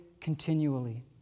continually